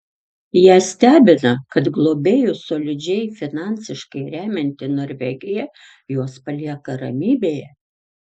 ją stebina kad globėjus solidžiai finansiškai remianti norvegija juos palieka ramybėje